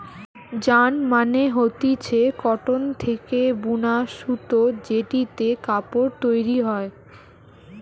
yarn মানে হতিছে cotton থেকে বুনা সুতো জেটিতে কাপড় তৈরী হয়